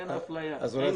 אדוני היושב-ראש,